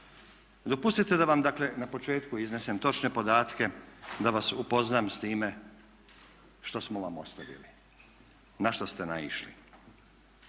Dopustite da vam dakle na početku iznesem točne podatke, da vas upoznam s time što smo vam ostavili, na što ste naišli.